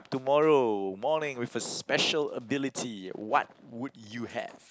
tomorrow morning with the special ability what would you have